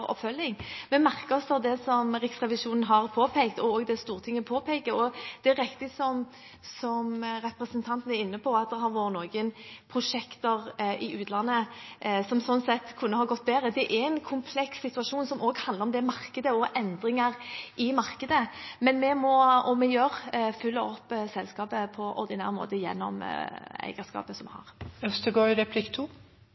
påpekt, og også det Stortinget påpeker. Det er riktig som representanten er inne på, at det har vært noen prosjekter i utlandet som sånn sett kunne ha gått bedre. Det er en kompleks situasjon som også handler om markedet og endringer i markedet, men vi må – og det gjør vi – følge opp selskapet på ordinær måte gjennom eierskapet